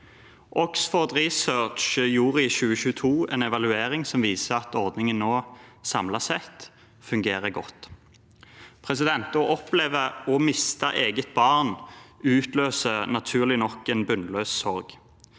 Oxford Research gjorde i 2022 en evaluering som viser at ordningen nå – samlet sett – fungerer godt. Å oppleve å miste et eget barn utløser naturlig nok en bunnløs sorg,